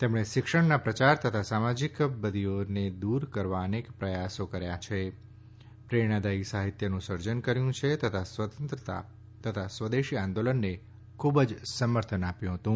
તેમણે શિક્ષણના પ્રચાર તથા સામાજીક બદીઓને દૂર કરવા અનેક પ્રવાસો કર્યા પ્રેરણાદાયી સાહિત્યનું સર્જન કર્યું તથા સ્વતંત્રતા તથા સ્વદેશી આંદોલનને ખુબ જ સમર્થન આપ્યું હતું